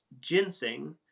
ginseng